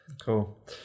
cool